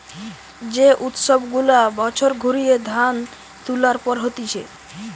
যে সব উৎসব গুলা বছর ঘুরিয়ে ধান তুলার পর হতিছে